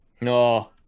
No